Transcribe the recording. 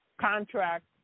contract